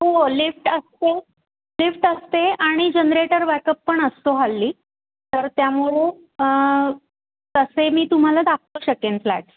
हो लिफ्ट असते लिफ्ट असते आणि जनरेटर बॅकअप पण असतो हल्ली तर त्यामुळे तसे मी तुम्हाला दाखवू शकेन फ्लॅट्स